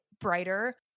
brighter